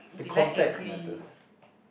they very angry